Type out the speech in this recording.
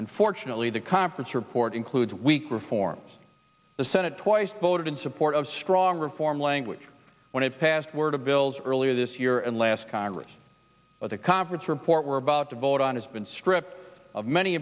unfortunately the conference report includes weak reforms the senate twice voted in support of strong reform language when it passed word of bills earlier this year and last congress of the conference report we're about to vote on has been stripped of many